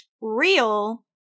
real